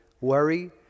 worry